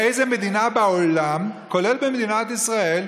באיזו מדינה בעולם, כולל במדינת ישראל,